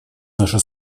наше